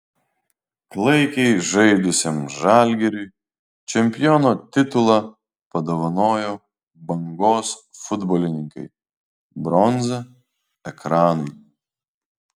klaikiai žaidusiam žalgiriui čempiono titulą padovanojo bangos futbolininkai bronza ekranui